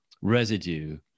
residue